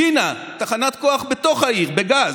וינה, תחנת כוח בתוך העיר, בגז,